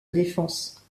défense